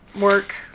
work